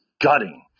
gutting